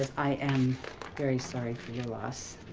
i am very sorry for your loss.